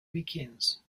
weekends